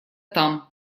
там